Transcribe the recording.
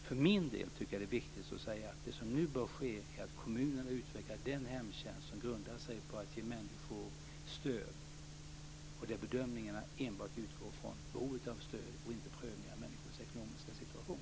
För min del tycker jag att det är viktigt att säga att det som nu bör ske är att kommunerna utvecklar den hemtjänst som grundar sig på att ge människor stöd, och där bedömningarna utgår enbart från behovet av stöd och inte prövning av människors ekonomiska situation.